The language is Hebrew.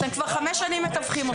אתם כבר חמש שנים מתווכים אותו.